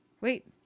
Wait